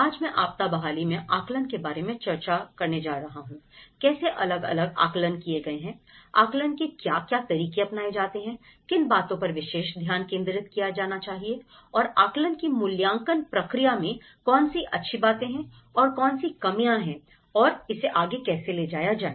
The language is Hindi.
आज मैं आपदा बहाली में आकलन के बारे में चर्चा करने जा रहा हूं कैसे अलग अलग आकलन किए गए हैं आकलन के क्या क्या तरीके अपनाए जाते हैं किन बातों पर विशेष ध्यान केंद्रित किया जाना चाहिए और आकलन की मूल्यांकन प्रक्रिया में कौन सी अच्छी बातें हैं और कौन सी कमियां है और इसे आगे कैसे ले जाया जाए